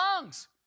lungs